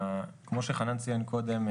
כמו שחנן ציין קודם,